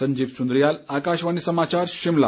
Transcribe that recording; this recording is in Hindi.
संजीव सुंद्रियाल आकाशवाणी समाचार शिमला